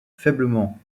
faiblement